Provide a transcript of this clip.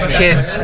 kids